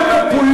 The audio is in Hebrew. שוק חופשי.